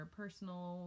personal